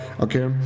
okay